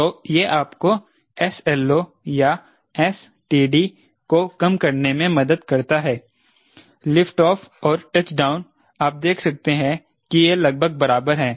तो ये आपको 𝑠LO या 𝑠TD को कम करने में मदद करता है लिफ्ट ऑफ और टचडाउन आप देख सकते हैं कि ये लगभग बराबर हैं